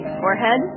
forehead